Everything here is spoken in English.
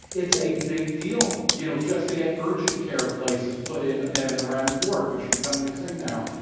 it's a big deal, you know, just to get urgent-care places put in and and around new york, which are becoming a thing now.